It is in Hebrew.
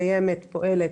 קיימת ופועלת,